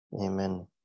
Amen